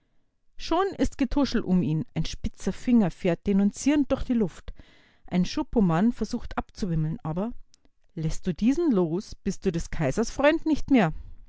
schon ist getuschel um ihn ein spitzer finger fährt denunzierend durch die luft ein schupomann versucht abzuwimmeln aber läßt du diesen los bist du des kaisers freund nicht mehr